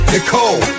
Nicole